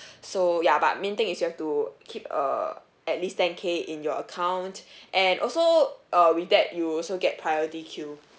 so ya but main thing is you have to keep a at least ten K in your account and also uh with that you also get priority queue